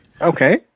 Okay